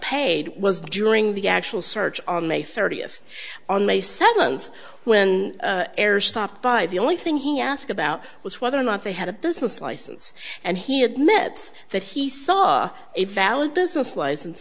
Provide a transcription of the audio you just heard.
paid was during the actual search on may thirtieth on may seventh when air stopped by the only thing he asked about was whether or not they had a business license and he admits that he saw a valid business license